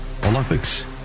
olympics